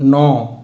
नौ